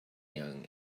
young